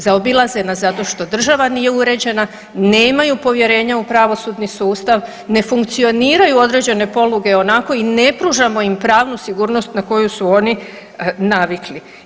Zaobilaze nas zato što država nije uređena, nemaju povjerenja u pravosudni sustav, ne funkcioniraju određene poluge onako i ne pružamo im pravnu sigurnost na koju su oni navikli.